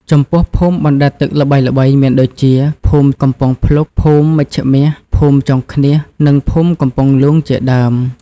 ចំពោះភូមិបណ្តែតទឹកល្បីៗមានដូចជា ភូមិកំពង់ភ្លុក ភូមិមេជ្ឈមាស ភូមិចុងឃ្នៀស និងភូមិកំពង់លួងជាដើម។